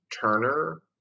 Turner